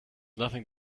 nothing